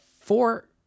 four